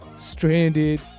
stranded